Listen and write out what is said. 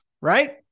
right